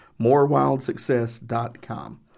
morewildsuccess.com